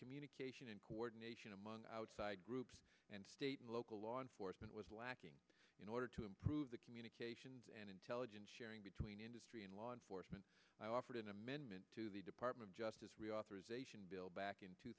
communication and coordination among outside groups and state and local law enforcement was lacking in order to improve the communications and intelligence sharing between industry and law enforcement i offered an amendment to the department of justice reauthorization bill back in two